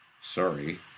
Sorry